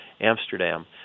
Amsterdam